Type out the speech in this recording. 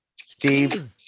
Steve